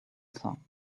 song